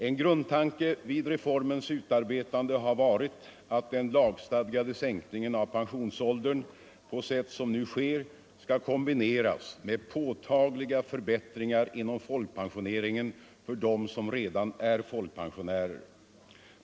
En grundtanke vid reformernas utarbetande har varit att den lagstadgade sänkningen av pensionsåldern på sätt som nu sker skall kombineras med påtagliga förbättringar inom folkpensioneringen för dem som redan är folkpensionärer.